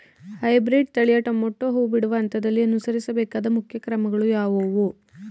Hybrid ತಳಿಯ tomato ಹೂ ಬಿಡುವ ಹಂತದಲ್ಲಿ ಅನುಸರಿಸಬೇಕಾದ ಮುಖ್ಯ ಕ್ರಮಗಳು ಯಾವುವು?